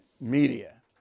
media